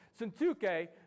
Suntuke